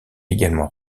également